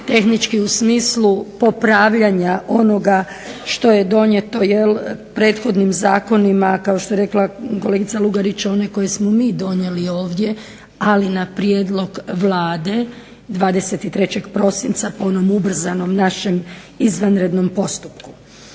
tehnički u smislu popravljanja onoga što je donijeto prethodnim zakonima, kao što je rekla kolegica Lugarić one koje smo mi donijeli ovdje, ali na prijedlog Vlade 23. prosinca po onom ubrzanom našem izvanrednom postupku.